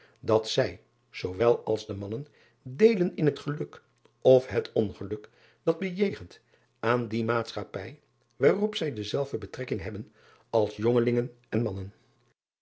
dat zij zoowel als de mannen deelen in het geluk of het ongeluk dat bejegent aan die maatschappij waarop zij dezelfde betrekking hebben als jongelingen en mannen